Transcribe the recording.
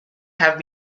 have